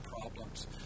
problems